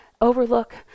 overlook